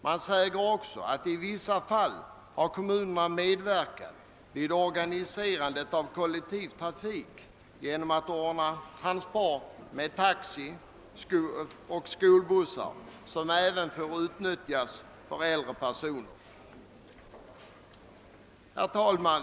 Man säger också att kommunerna i vissa fall har medverkat vid organiserandet av kollektiv trafik genom att ordna transporter med taxi och skolbussar som även får utnyttjas av äldre personer. Herr talman!